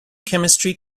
chemistry